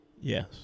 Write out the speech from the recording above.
Yes